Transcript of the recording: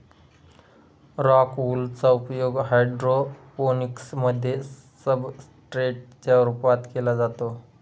rock wool चा उपयोग hydroponics मध्ये सब्सट्रेट च्या रूपात केला जातो